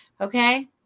okay